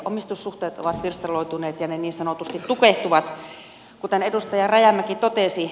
omistussuhteet ovat pirstaloituneet ja ne niin sanotusti tukehtuvat kuten edustaja rajamäki totesi